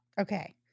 Okay